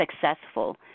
successful